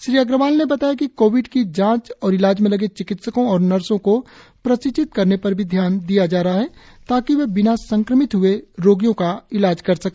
श्री अग्रवाल ने बताया कि कोविड की जांच और इलाज में लगे चिकित्सकों और नर्सों को प्रशिक्षित करने पर भी ध्यान दिया जा रहा है ताकि वे बिना संक्रमित हए रोगियों का इलाज कर सके